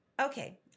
Okay